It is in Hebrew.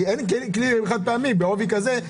אין כלים חד-פעמיים בעובי הזה,